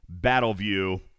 Battleview